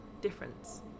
difference